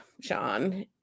Sean